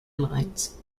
lines